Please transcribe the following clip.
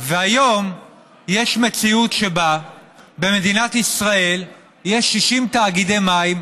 והיום יש מציאות שבה במדינת ישראל יש 60 תאגידי מים.